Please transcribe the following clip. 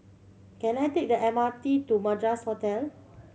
can I take the M R T to Madras Hotel